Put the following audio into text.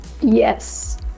Yes